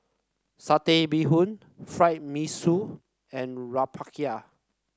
Satay Bee Hoon Fried Mee Sua and rempeyek